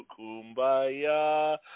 Kumbaya